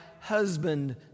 husband